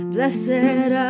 Blessed